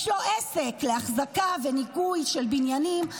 יש לו עסק לאחזקה וניקוי של בניינים,